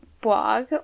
blog